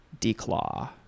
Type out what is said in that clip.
Declaw